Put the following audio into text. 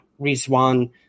Rizwan